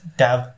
tab